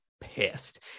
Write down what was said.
pissed